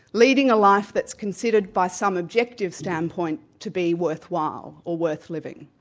leading a life that's considered by some objective standpoint to be worthwhile, or worth living,